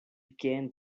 began